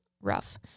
rough